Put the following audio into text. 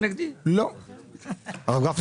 הרב גפני,